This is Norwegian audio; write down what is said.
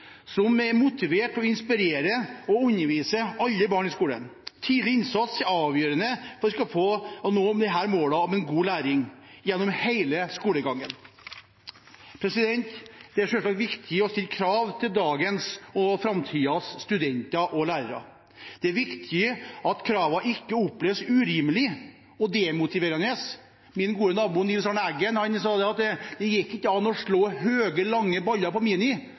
som er motivert til å inspirere og undervise alle barn på skolen. Tidlig innsats er avgjørende for at vi skal nå disse målene om god læring gjennom hele skolegangen. Det er selvsagt viktig å stille krav til dagens og framtidens studenter og lærere. Det er viktig at kravene ikke oppleves urimelige og demotiverende. Min gode nabo, Nils Arne Eggen, sa at det gikk ikke an å slå høye, lange baller på Mini,